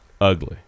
Ugly